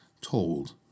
told